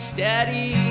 Steady